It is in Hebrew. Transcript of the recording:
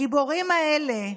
הגיבורים האלה,